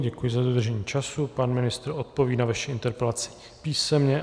Já děkuji za dodržení času, pan ministr odpoví na vaši interpelaci písemně.